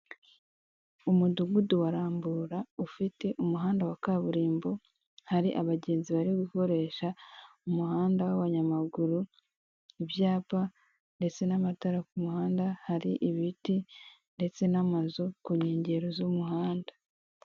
Umudugudu wa Rambura ufite umuhanda wa kaburimbo hari abagenzi bari gukoresha umuhanda w'abanyamaguru, ibyapa ndetse n'amatara yo ku muhanda, hari ibiti ndetse n'amazu ku nkengero z'umuhanda.